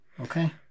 Okay